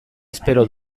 espero